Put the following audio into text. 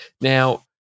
Now